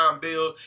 bill